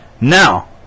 now